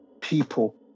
people